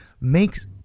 makes